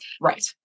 right